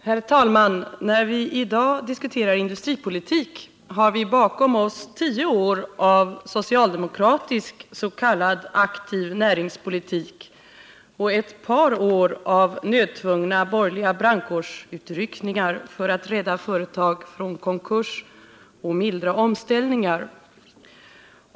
Herr talman! När vi i dag diskuterar industripolitik har vi bakom oss tio år av socialdemokratisk s.k. aktiv näringspolitik och ett par år av nödtvungna borgerliga brandkårsutryckningar för att rädda företag från konkurs och "mildra omställningar.